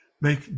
make